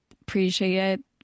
appreciate